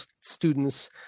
students